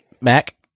Mac